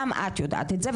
גם את יודעת את זה,